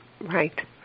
right